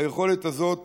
היכולת הזאת